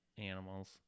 animals